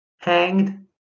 Hanged